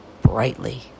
brightly